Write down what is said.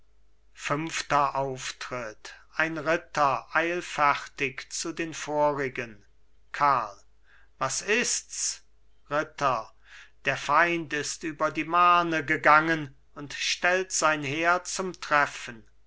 fünfter auftritt ein ritter eilfertig karl was ists ritter der feind ist über die marne gegangen und stellt sein heer zum treffen